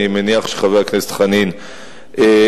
אני מניח שחבר הכנסת חנין מעודכן.